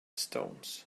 stones